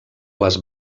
les